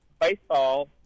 baseball